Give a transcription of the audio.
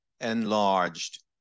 enlarged